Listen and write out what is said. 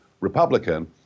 Republican